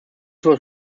was